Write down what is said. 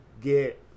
get